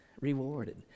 rewarded